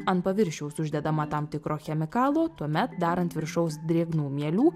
ant paviršiaus uždedama tam tikro chemikalo tuomet dar ant viršaus drėgnų mielių